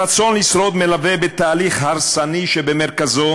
והרצון לשרוד מלווה בתהליך הרסני שבמרכזו